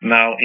Now